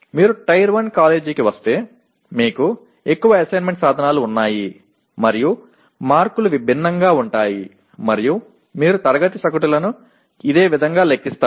మీరు టైర్ 1 కాలేజీకి వస్తే మీకు ఎక్కువ అసెస్మెంట్ సాధనాలు ఉన్నాయి మరియు మార్కులు భిన్నంగా ఉంటాయి మరియు మీరు తరగతి సగటులను ఇదే విధంగా లెక్కిస్తారు